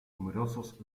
numerosos